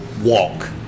walk